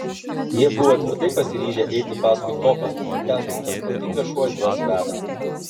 jie buvo tvirtai pasiryžę eiti paskui topą ten kur tas protingas šuo juos veda